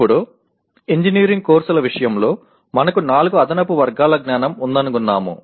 ఇప్పుడు ఇంజనీరింగ్ కోర్సుల విషయంలో మనకు నాలుగు అదనపు వర్గాల జ్ఞానం ఉందనుగొన్నాము